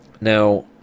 Now